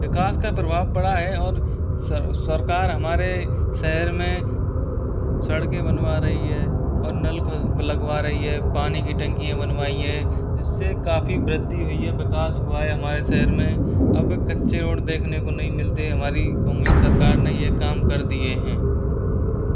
विकास का प्रभाव पड़ा है और सरकार हमारे शहर में सड़के बनवा रही है और नल लगवा रही है पानी की टंकी है बनवाई है जिससे काफ़ी वृद्धि हुई है विकास हुआ है हमारे सहर में अब कच्चे रोड देखने को नहीं मिलते हमारी कांग्रेस सरकार ने यह काम कर दिए हैं